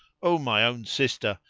o my own sister,